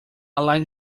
light